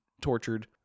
tortured